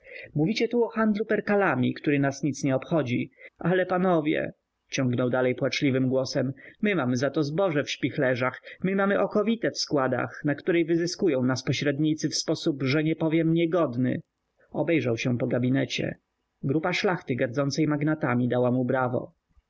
mówicie tu o handlu perkalami który nas nic nie obchodzi ale panowie ciągnął dalej płaczliwym głosem my mamy za to zboże w śpichlerzach my mamy okowitę w składach na której wyzyskują nas pośrednicy w sposób że nie powiem niegodny obejrzał się po gabinecie grupa szlachty gardzącej magnatami dała mu brawo